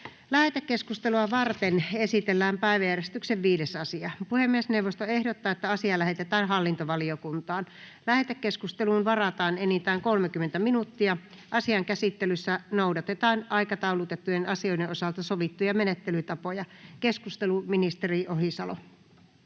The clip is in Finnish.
Lähetekeskustelua varten esitellään päiväjärjestyksen 5. asia. Puhemiesneuvosto ehdottaa, että asia lähetetään hallintovaliokuntaan. Lähetekeskusteluun varataan enintään 30 minuuttia. Asian käsittelyssä noudatetaan aikataulutettujen asioiden osalta sovittuja menettelytapoja. — Ministeri Ohisalo.